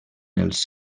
els